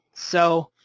so,